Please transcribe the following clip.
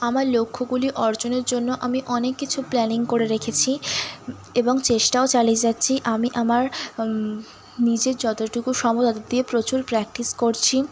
আমার লক্ষ্যগুলি অর্জনের জন্য আমি অনেক কিছু প্ল্যানিং করে রেখেছি এবং চেষ্টাও চালিয়ে যাচ্ছি আমি আমার নিজের যতটুকু সময় তত দিয়ে প্রচুর প্র্যাকটিস করছি